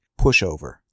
pushover